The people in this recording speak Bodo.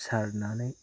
सारनानै